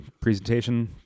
presentation